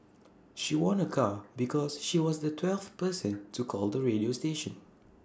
she won A car because she was the twelfth person to call the radio station